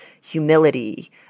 humility